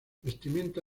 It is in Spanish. vestimenta